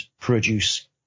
produce